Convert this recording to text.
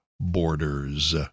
borders